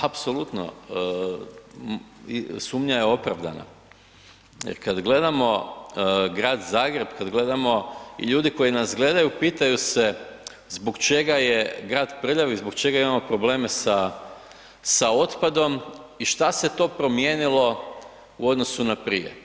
Apsolutno, sumnja je opravdana, kad gledamo Grad Zagreb, kad gledamo, ljudi koji nas gledaju pitaju se zbog čega je grad prljav i zbog čega imamo probleme sa, sa otpadom i šta se to promijenilo u odnosu na prije?